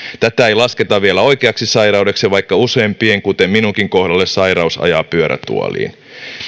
tätä ei lasketa vielä oikeaksi sairaudeksi vaikka useimpien kuten minunkin kohdalla sairaus ajaa pyörätuoliin